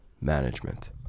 management